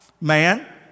Man